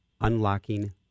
Unlocking